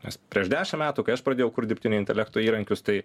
nes prieš dešim metų kai aš pradėjau kurt dirbtinio intelekto įrankius tai